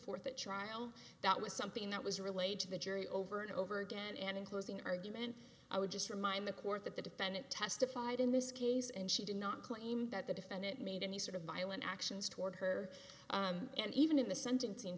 forth a trial that was something that was relayed to the jury over and over again and in closing argument i would just remind the court that the defendant testified in this case and she did not claim that the defendant made any sort of violent actions toward her and even in the sentencing